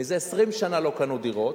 זה 20 שנה לא קנו דירות,